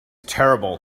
terrible